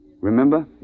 Remember